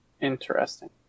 interesting